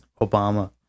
Obama